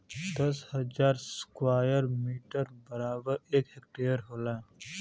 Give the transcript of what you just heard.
दस हजार square metre बराबर एक हेक्टेयर होला